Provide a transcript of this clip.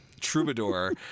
troubadour